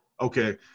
Okay